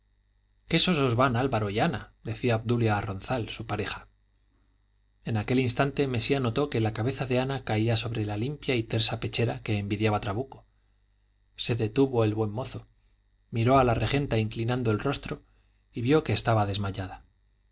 qué sosos van álvaro y ana decía obdulia a ronzal su pareja en aquel instante mesía notó que la cabeza de ana caía sobre la limpia y tersa pechera que envidiaba trabuco se detuvo el buen mozo miró a la regenta inclinando el rostro y vio que estaba desmayada